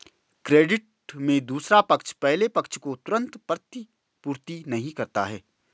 credit में दूसरा पक्ष पहले पक्ष को तुरंत प्रतिपूर्ति नहीं करता है